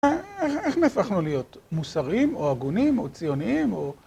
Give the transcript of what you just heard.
איך נהפכנו להיות? מוסריים, או הגונים, או ציוניים, או